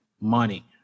money